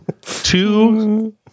two